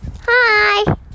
Hi